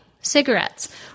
cigarettes